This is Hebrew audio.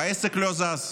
והעסק לא זז.